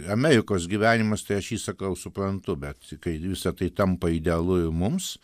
amerikos gyvenimas tai aš jį sakau suprantu bet kai visa tai tampa idealu mums